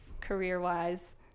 career-wise